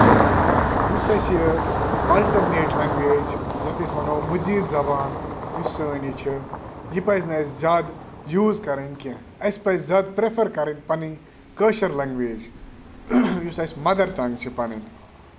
تہٕ یُس اَسہِ یہِ آلٹرنیٹ لنٛگویج یَتھ أسۍ وَنو مزیٖد زَبان یُس سٲنۍ یہِ چھِ یہِ پَزِ نہٕ اَسہِ زیادٕ یوٗز کَرٕنۍ کیٚنٛہہ اَسہِ پَزِ زیادٕ پریفَر کَرٕنۍ پَنٕنۍ کٲشِر لنٛگویج یُس اَسہِ مَدَر ٹنٛگ چھِ پَنٕنۍ